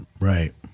right